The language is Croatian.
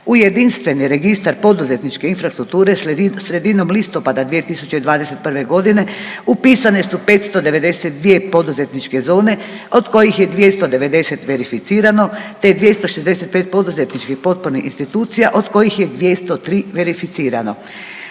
U jedinstveni registar poduzetničke infrastrukture sredinom listopada 2021.g. upisane su 592 poduzetničke zone od kojih je 290 verificirano, te 265 poduzetničkih potpornih institucija od kojih je 203 verificirano.